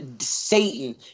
Satan